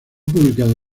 publicado